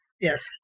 Yes